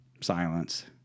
Silence